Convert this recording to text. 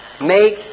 make